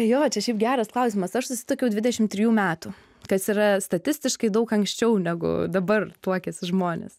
jo čia šiaip geras klausimas aš susituokiau dvidešim trijų metų kas yra statistiškai daug anksčiau negu dabar tuokiasi žmonės